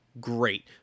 great